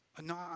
No